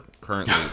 currently